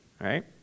right